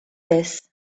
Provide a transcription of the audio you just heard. this